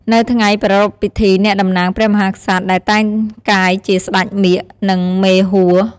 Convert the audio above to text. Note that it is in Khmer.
នៅថ្ងៃប្រារព្ធពិធី អ្នកតំណាងព្រះមហាក្សត្រ ដែលតែងកាយជា "ស្ដេចមាឃ" និង "មេហួរ"។